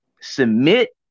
submit